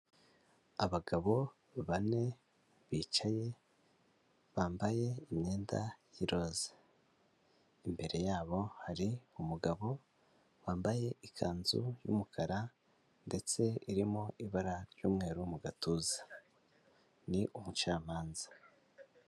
Abagabo bane, bicaye, bambaye imyenda y'iroza, imbere yabo hari umugabo wambaye ikanzu y'umukara, ndetse irimo ibara ry'umweru mu gatuza, ni umucamanza.